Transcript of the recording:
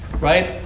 Right